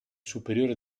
superiore